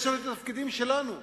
יש לנו התפקידים שלנו.